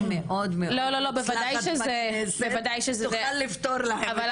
מאוד מאוד מקצועית שתוכל לפתור את זה.